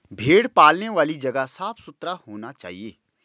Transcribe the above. भेड़ पालने वाली जगह साफ सुथरा होना चाहिए